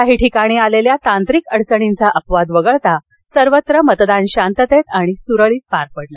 काही ठिकाणी आलेल्या तांत्रिक अडचणींचा अपवाद वगळता सर्वत्र मतदान शांततेत आणि सुरळीत पार पडलं